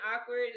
awkward